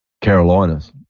Carolinas